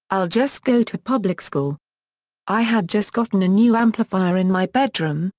i'll just go to public school i had just gotten a new amplifier in my bedroom,